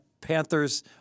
Panthers